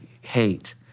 hate